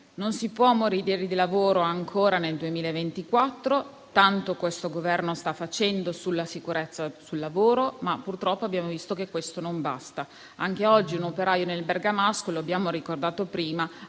non si può morire di lavoro ancora nel 2024. Questo Governo sta facendo tanto sulla sicurezza sul lavoro, ma purtroppo abbiamo visto che non basta. Anche oggi un operaio nel bergamasco - lo abbiamo ricordato prima